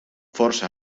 força